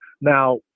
Now